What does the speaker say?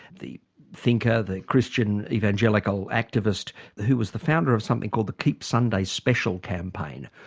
the thinker, the christian evangelical activist who was the founder of something called the keep sunday special campaign.